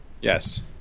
Yes